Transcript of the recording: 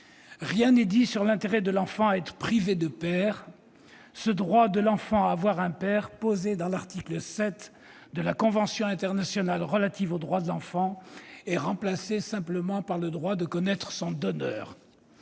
Rien n'est dit quant à l'intérêt de l'enfant d'être privé de père. Le droit de l'enfant à avoir un père, posé par l'article 7 de la Convention internationale relative aux droits de l'enfant, est remplacé par le simple droit de connaître son donneur.